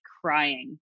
crying